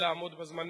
תשתדל לעמוד בזמנים,